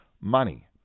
money